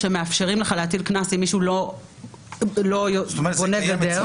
שמאפשרים לך להטיל קנס אם מישהו לא בונה גדר,